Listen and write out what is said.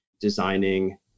designing